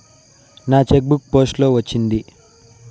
నా check book post లో వచ్చింది